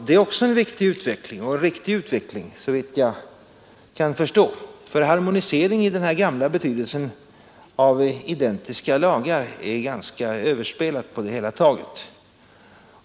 Det är också en viktig och en riktig utveckling, såvitt jag kan förstå, för harmonisering i den här gamla betydelsen av identiska lagar är på det hela taget någonting ganska överspelat.